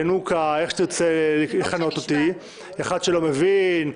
ינוקא איך שתרצה לכנות אותי אחד שלא מבין,